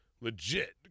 legit